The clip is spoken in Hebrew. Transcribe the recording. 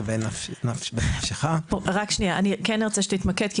אני ארצה שתתמקד,